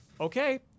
Okay